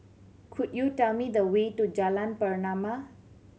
could you tell me the way to Jalan Pernama